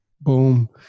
Boom